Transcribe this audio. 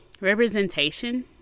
representation